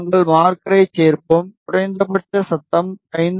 நாங்கள் மார்க்கரைச் சேர்ப்போம் குறைந்தபட்ச சத்தம் 5